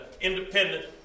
Independent